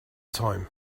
time